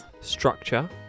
structure